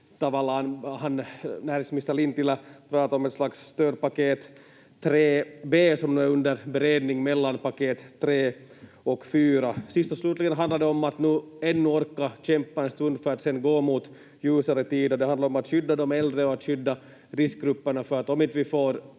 3 b:stä. Näringsminister Lintilä pratade om ett slags stödpaket 3 b som nu är under beredning mellan paket 3 och 4. Sist och slutligen handlar det om att nu ännu orka kämpa en stund för att sedan gå mot ljusare tider. Det handlar om att skydda de äldre och att skydda riskgrupperna, för om vi inte får